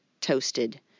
toasted